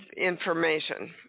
information